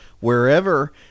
wherever